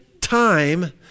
time